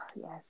yes